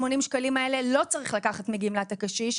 שקלים האלה לא צריך לקחת מגמלת הקשיש,